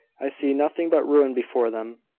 i see nothing but ruin before them,